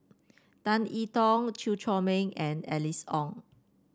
Tan I Tong Chew Chor Meng and Alice Ong